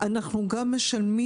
אנחנו הנכים